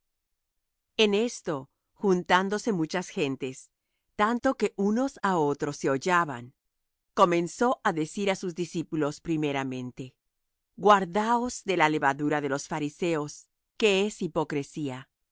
en esto juntándose muchas gentes tanto que unos á otros se hollaban comenzó á decir á sus discípulos primeramente guardaos de la levadura de los fariseos que es hipocresía